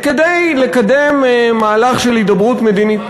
כדי לקדם מהלך של הידברות מדינית,